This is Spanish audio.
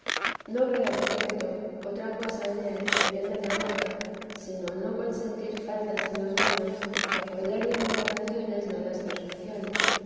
no veo cierto otra cosa en él que bien me parezca sinono consentir faltas en los buenos que a poder de murmuraciones no las perficione